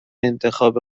انتخاب